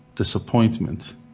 disappointment